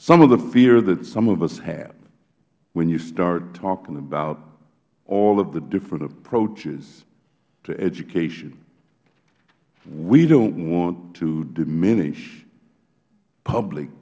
some of the fear that some of us have when you start talking about all of the different approaches to education we don't want to diminish public